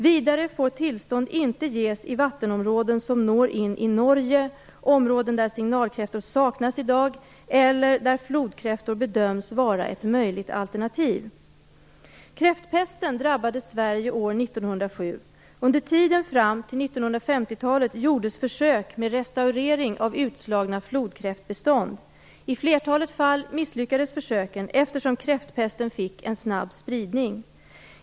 Vidare får tillstånd inte ges i vattenområden som når in i Norge, områden där signalkräftor saknas i dag eller där flodkräftor bedöms vara ett möjligt alternativ. Kräftpesten drabbade Sverige år 1907. Under tiden fram till 1950-talet gjordes försök med restaurering av utslagna flodkräftbestånd. I flertalet fall misslyckades försöken, eftersom kräftpesten fick en snabb spridning.